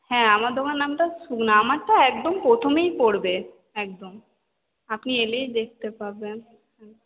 হ্যাঁ আমার দোকানের নামটা নামটা আমারটা একদম প্রথমেই পরবে একদম আপনি এলেই দেখতে পাবেন হ্যাঁ